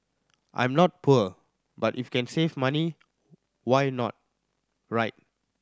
I'm not poor but if can save money why not right